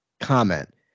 comment